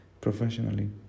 professionally